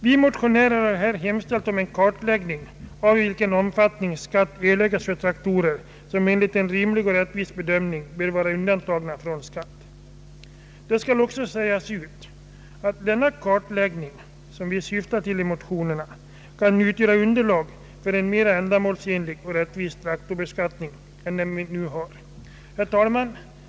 Vi motionärer har hemställt om en kartläggning av i vilken omfattning skatt erlägges för traktorer, som enligt en rimlig och rättvis bedömning bör vara undantagna från skatt. Det skall också sägas ut att den kartläggning som vi syftar till i motionerna kan utgöra underlag för en mera ändamålsenlig och rättvis traktorbeskattning än den vi nu har. Herr talman!